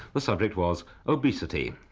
the subject was obesity,